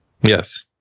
Yes